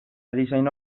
erizain